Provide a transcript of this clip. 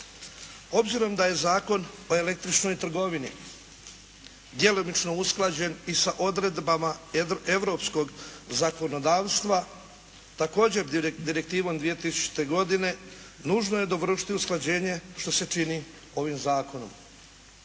Obzirom da je Zakon o električnoj trgovini djelomično usklađen i sa odredbama europskog zakonodavstva također Direktivom 2000. godine nužno je dovršiti usklađenje što se čini ovim zakonom.